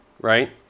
right